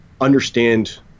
understand